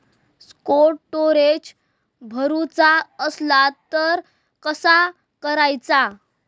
Cold storage करूचा असला तर कसा करायचा?